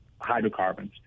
hydrocarbons